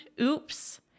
oops